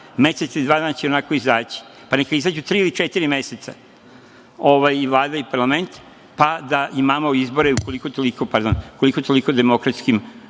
mesec ili dva, pa neka izađu tri ili četiri meseca ova Vlada i parlament, pa da imamo izbore u koliko-toliko demokratskim